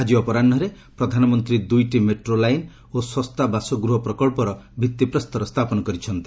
ଆକି ଅପରାହ୍କରେ ପ୍ରଧାନମନ୍ତ୍ରୀ ଦୁଇଟି ମେଟ୍ରୋ ଲାଇନ୍ ଓ ଶସ୍ତା ବାସଗୃହ ପ୍ରକଳ୍ପର ଭିତ୍ତିପ୍ରସ୍ତର ସ୍ଥାପନ କରିଛନ୍ତି